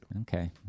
Okay